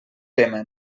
tema